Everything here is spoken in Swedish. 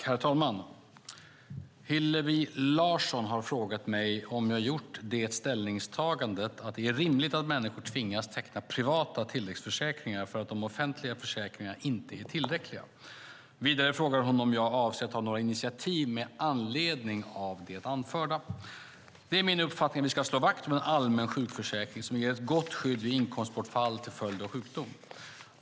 Herr talman! Hillevi Larsson har frågat mig om jag gjort ställningstagandet att det är rimligt att människor tvingas teckna privata tilläggsförsäkringar för att de offentliga försäkringarna inte är tillräckliga. Vidare frågar hon om jag avser att ta några initiativ med anledning av det anförda. Det är min uppfattning att vi ska slå vakt om en allmän sjukförsäkring som ger ett gott skydd vid inkomstbortfall till följd av sjukdom.